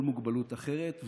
או כל מוגבלות אחרת.